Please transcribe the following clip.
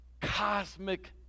cosmic